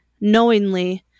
knowingly